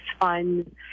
funds